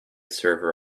server